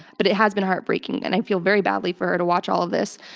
but it has been heartbreaking, and i feel very badly for her to watch all of this.